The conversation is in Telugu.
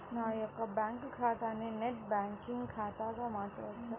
నా యొక్క బ్యాంకు ఖాతాని నెట్ బ్యాంకింగ్ ఖాతాగా మార్చవచ్చా?